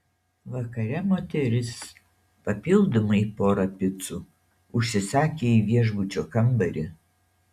vakare moteris papildomai porą picų užsisakė į viešbučio kambarį